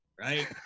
right